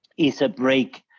is a break